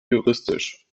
juristisch